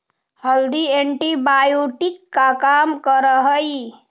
हल्दी एंटीबायोटिक का काम करअ हई